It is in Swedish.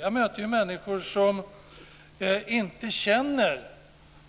Jag möter människor som inte känner